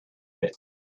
pits